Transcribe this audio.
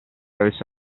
avesse